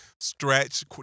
Stretch